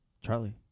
Charlie